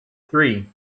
three